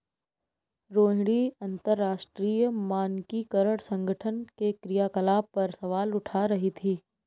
रोहिणी अंतरराष्ट्रीय मानकीकरण संगठन के क्रियाकलाप पर सवाल उठा रही थी